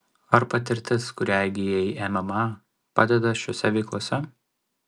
ar patirtis kurią įgijai mma padeda šiose veiklose